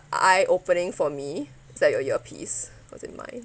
eye opening for me it's like your ear piece was it mine